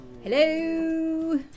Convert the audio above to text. Hello